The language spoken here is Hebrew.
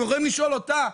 אתם יכולים לשאול אותה,